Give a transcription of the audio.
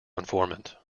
informant